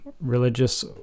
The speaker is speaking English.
religious